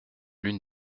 l’une